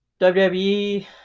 WWE